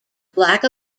black